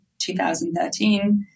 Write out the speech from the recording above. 2013